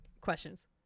questions